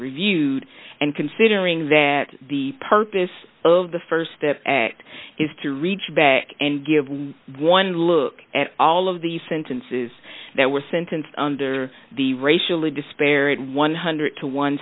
reviewed and considering that the purpose of the st step is to reach back and give eleven look at all of the sentences that were sentenced under the racially disparate one hundred to one